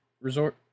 resort